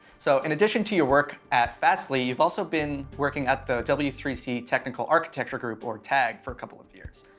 so in addition to your work at fastly, you've also been working at the w three c technical architecture group or tag for a couple of years.